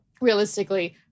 realistically